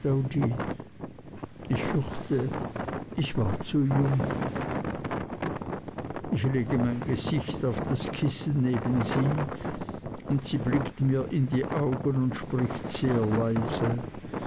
ich fürchte ich war zu jung ich lege mein gesicht auf das kissen neben sie und sie blickt mir in die augen und spricht sehr leise